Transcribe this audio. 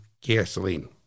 gasoline